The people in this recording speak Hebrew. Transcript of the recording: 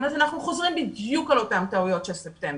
אז אנחנו חוזרים בדיוק על אותן טעויות של ספטמבר.